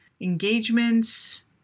engagements